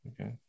okay